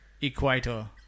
equator